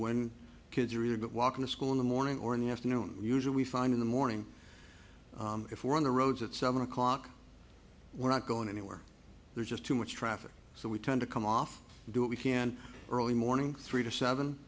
when kids are reading but walking to school in the morning or in the afternoon usually fine in the morning if we're on the roads at seven o'clock we're not going anywhere there's just too much traffic so we tend to come off and do what we can early morning three to seven